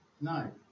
No